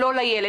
זה לא טוב לילד.